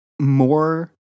more